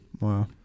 Wow